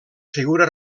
figura